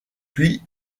puis